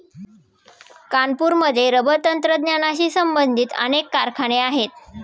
कानपूरमध्ये रबर तंत्रज्ञानाशी संबंधित अनेक कारखाने आहेत